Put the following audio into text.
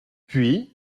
puis